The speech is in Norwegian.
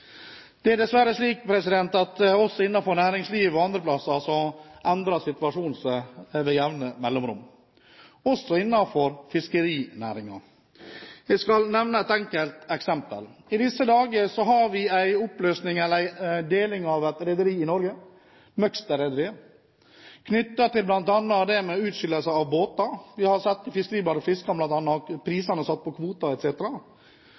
Det er dessverre slik at også innenfor næringslivet og andre steder endrer situasjonen seg med jevne mellomrom, også innenfor fiskerinæringen. Jeg skal nevne et enkelt eksempel. I disse dager har vi en oppløsning, eller deling, av et rederi i Norge, Møgster-rederiet, knyttet til bl.a. det med utskillelse av båter. Vi har sett i